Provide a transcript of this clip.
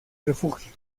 refugio